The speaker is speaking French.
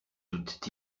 doutent